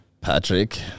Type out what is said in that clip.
Patrick